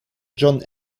john